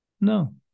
no